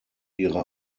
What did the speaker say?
ihre